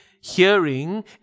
hearing